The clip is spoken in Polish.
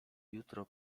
jutro